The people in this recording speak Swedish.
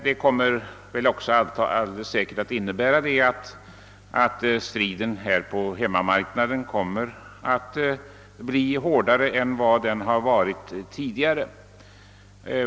Och helt säkert är att striden på hemmamarknaden blir hårdare än tidigare.